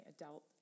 adult